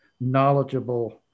knowledgeable